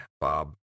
Bob